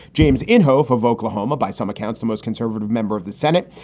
james inhofe of oklahoma, by some accounts the most conservative member of the senate,